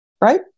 right